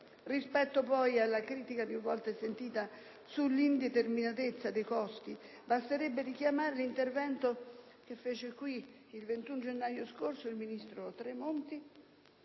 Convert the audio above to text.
Rispetto, poi, alla critica più volte sentita sull'indeterminatezza dei costi, basterebbe richiamare l'intervento del 21 gennaio scorso del ministro Tremonti,